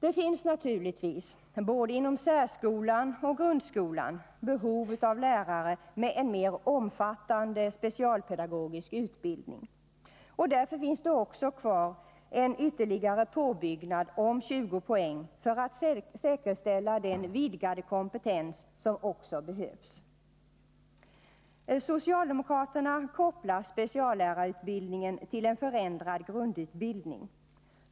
Det finns naturligtvis, inom både särskolan och grundskolan, behov av lärare med en mer omfattande specialpedagogisk utbildning. Därför finns det kvar en ytterligare påbyggnad om 20 poäng för att säkerställa den vidgade kompetens som också behövs. Socialdemokraterna kopplar speciallärarutbildningen till en förändrad grundutbildning.